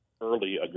early